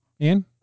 Ian